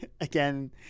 again